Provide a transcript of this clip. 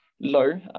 low